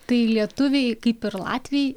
tai lietuviai kaip ir latviai